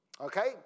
Okay